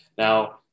Now